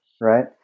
right